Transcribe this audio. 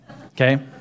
Okay